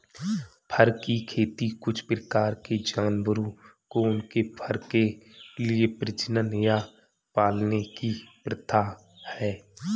फर की खेती कुछ प्रकार के जानवरों को उनके फर के लिए प्रजनन या पालने की प्रथा है